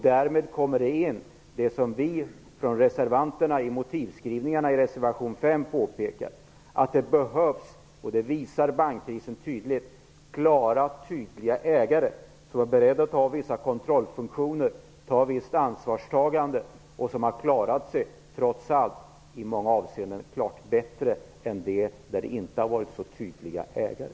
Därmed blir det aktuellt med det som vi reservanter påpekar i motiveringen till reservation 5, att det behövs - vilket framgår klart av bankkrisen - klara och tydliga ägare som är beredda att ha vissa kontrollfunktioner och ta ett visst ansvar. Sådana företag har trots allt klarat sig bättre i många avseenden än de företag som inte har haft så tydliga ägare.